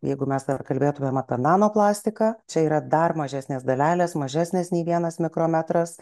jeigu mes dabar kalbėtumėm apie nanoplastiką čia yra dar mažesnės dalelės mažesnės nei vienas mikrometras